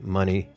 money